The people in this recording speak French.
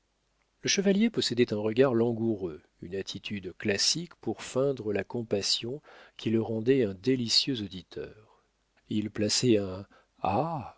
le chevalier possédait un regard langoureux une attitude classique pour feindre la compassion qui le rendaient un délicieux auditeur il plaçait un ah